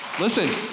Listen